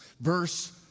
Verse